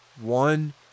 One